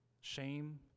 shame